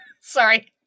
Sorry